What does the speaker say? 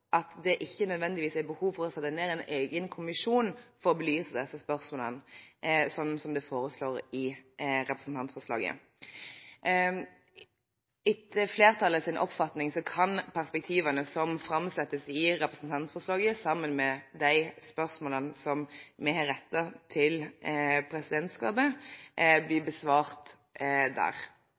at det ikke nødvendigvis er behov for å sette ned en egen kommisjon for å belyse disse spørsmålene, sånn som det foreslås i representantforslaget. Etter flertallets oppfatning kan perspektivene som framsettes i representantforslaget, sammen med de spørsmålene som vi har rettet til presidentskapet, bli besvart der.